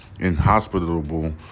inhospitable